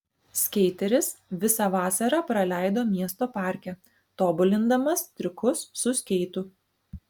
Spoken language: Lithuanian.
skeiteris visą vasarą praleido miesto parke tobulindamas triukus su skeitu